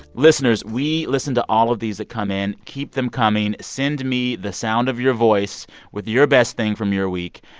listeners, we listen to all of these that come in. keep them coming. send me the sound of your voice with your best thing from your week.